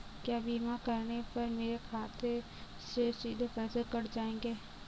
क्या बीमा करने पर मेरे खाते से सीधे पैसे कट जाएंगे?